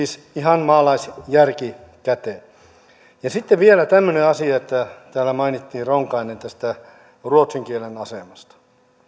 ihan selkeä maalaisjärki käteen sitten vielä tämmöinen asia että täällä ronkainen mainitsi ruotsin kielen asemasta on